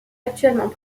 actuellement